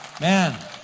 Man